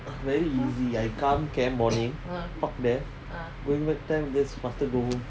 very easy I come camp morning park there going back time just faster go home